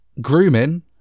grooming